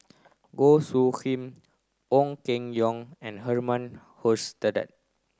Goh Soo Khim Ong Keng Yong and Herman Hochstadt